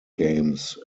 games